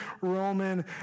Roman